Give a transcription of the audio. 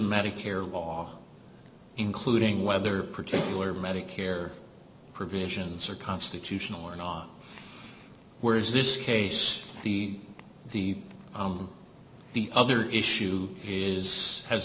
medicare wall including whether particular medicare provisions are constitutional or not whereas this case the the the other issue is has